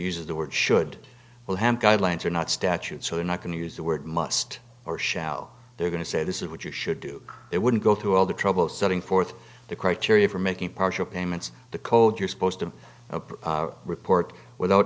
uses the word should well have guidelines or not statute so they're not going to use the word must or shall they're going to say this is what you should do it wouldn't go through all the trouble of setting forth the criteria for making partial payments the code you're supposed to report without